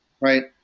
right